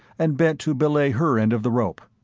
and bent to belay her end of the rope.